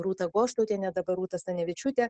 rūtą goštautienę dabar rūta stanevičiūtė